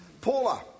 Paula